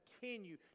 continue